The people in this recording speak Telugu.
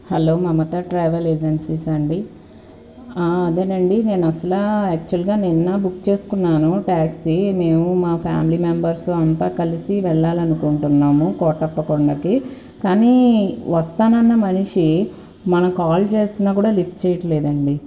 హలో మమతా ట్రావల్ ఏజెన్సీస్సా అండి అదేనండి నేను అసలు యాక్చుయల్గా నిన్న బుక్ చేసుకున్నాను ట్యాక్సీ మేము మా ఫ్యామిలీ మెంబర్స్ అంతా కలిసి వెళ్ళాలనుకుంటున్నాము కోటప్ప కొండకి కానీ వస్తానన్న మనిషి మనం కాల్ చేస్తున్నా కూడా లిఫ్ట్ చేయట్లేదండి